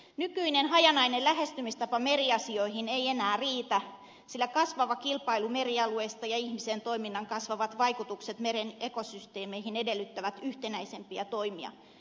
nykyinen hajanainen lähestymistapa meriasioihin ei enää riitä sillä kasvava kilpailu merialueista ja ihmisen toiminnan kasvavat vaikutukset meren ekosysteemeihin edellyttävät yhtenäisempiä toimia